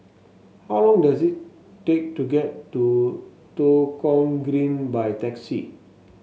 how long does it take to get to Tua Kong Green by taxi